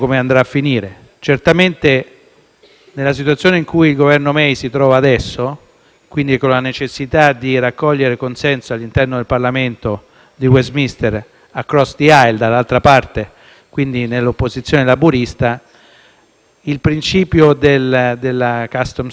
nella situazione in cui il Governo May si trova adesso, con la necessità di raccogliere consensi all'interno del Parlamento di Westminster, *across the aisle*, dall'altra parte, quindi nell'opposizione laburista, il principio della c*ustoms union*, dell'unione doganale,